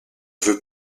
veut